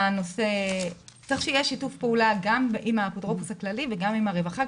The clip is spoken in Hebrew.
צריך שיהיה שיתוף פעולה גם עם האפוטרופוס הכללי וגם עם הרווחה,